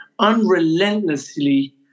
unrelentlessly